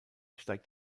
steigt